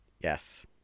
Yes